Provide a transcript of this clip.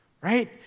right